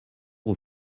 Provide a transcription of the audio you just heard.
aux